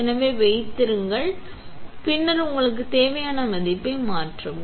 எனவே வைத்திருங்கள் அமைத்து பின்னர் உங்களுக்கு தேவையான மதிப்பை மாற்றவும்